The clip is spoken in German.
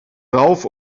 rauf